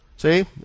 See